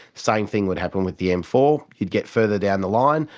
same thing would happen with the m four. you'd get further down the line,